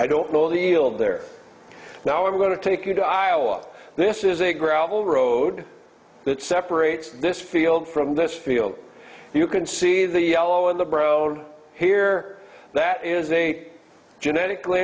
i don't know the deal there now i'm going to take you to iowa this is a gravel road that separates this field from this field you can see the yellow and the brown here that is a genetically